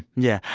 yeah.